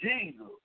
Jesus